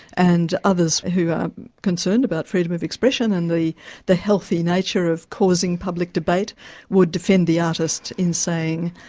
and others who are concerned about freedom of expression and the the healthy nature of causing public debate would defend the artist in saying,